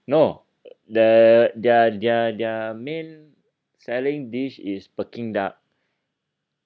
no their their their main selling dish is peking duck